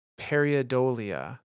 periodolia